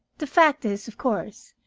the fact is, of course,